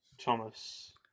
Thomas